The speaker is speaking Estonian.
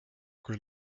kui